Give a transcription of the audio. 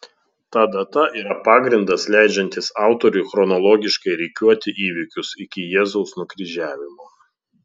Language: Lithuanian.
ta data yra pagrindas leidžiantis autoriui chronologiškai rikiuoti įvykius iki jėzaus nukryžiavimo